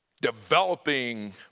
developing